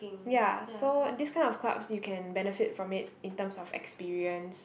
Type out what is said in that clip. ya so these kind of clubs you can benefit from it in terms of experience